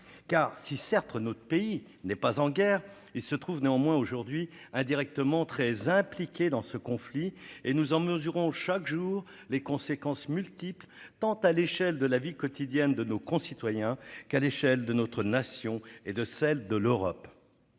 ! Certes notre pays n'est pas en guerre, mais il se trouve néanmoins aujourd'hui indirectement très impliqué dans ce conflit. Nous en mesurons chaque jour les conséquences multiples, tant à l'échelle de la vie quotidienne de nos concitoyens qu'à l'échelle de la Nation et de l'Europe.